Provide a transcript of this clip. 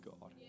God